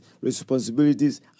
responsibilities